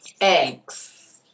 eggs